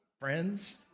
friends